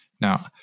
Now